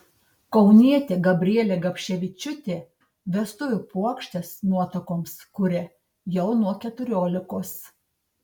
kaunietė gabrielė gabševičiūtė vestuvių puokštes nuotakoms kuria jau nuo keturiolikos